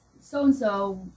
so-and-so